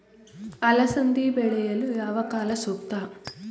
ಅಲಸಂದಿ ಬೆಳೆಯಲು ಯಾವ ಕಾಲ ಸೂಕ್ತ?